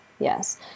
Yes